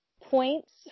points